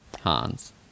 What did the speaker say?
Hans